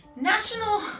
National